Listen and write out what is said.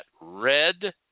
red